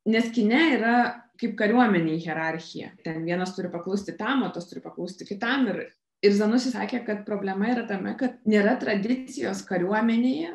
nes kine yra kaip kariuomenėj hierarchija ten vienas turi paklusti tam o tas turi paklusti kitam ir ir zanusis sakė kad problema yra tame kad nėra tradicijos kariuomenėje